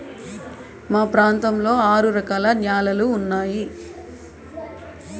మా ప్రాంతంలో ఆరు రకాల న్యాలలు ఉన్నాయి